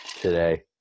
today